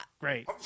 Great